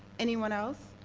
anyone else?